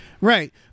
Right